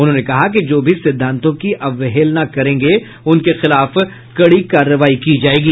उन्होंने कहा कि जो भी सिद्धांतों की अवहेलना करेंगे उनके खिलाफ कड़ी कार्रवाई की जायेगी